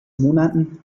monaten